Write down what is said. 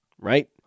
right